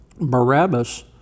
Barabbas